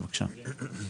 בבקשה.